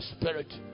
spirit